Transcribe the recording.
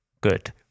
good